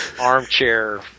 Armchair